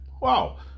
Wow